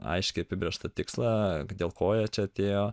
aiškiai apibrėžtą tikslą dėl ko jie čia atėjo